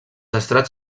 estrats